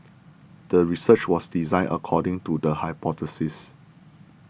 the research was designed according to the hypothesis